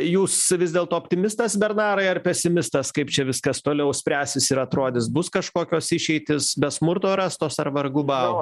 jūs vis dėlto optimistas bernarai ar pesimistas kaip čia viskas toliau spręsis ir atrodys bus kažkokios išeitys be smurto rastos ar vargu bau